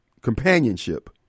companionship